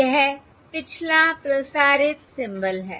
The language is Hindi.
यह पिछला प्रसारित सिंबल है